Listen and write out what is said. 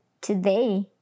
today